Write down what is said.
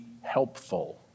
helpful